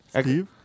Steve